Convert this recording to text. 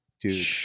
dude